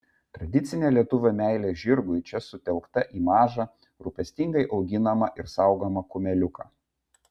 tradicinė lietuvio meilė žirgui čia sutelkta į mažą rūpestingai auginamą ir saugomą kumeliuką